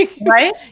Right